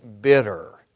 bitter